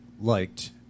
liked